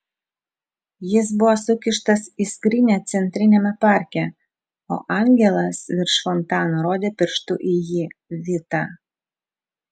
jis buvo sukištas į skrynią centriniame parke o angelas virš fontano rodė pirštu į jį vitą